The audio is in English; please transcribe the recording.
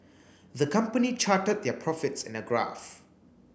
the company charted their profits in a graph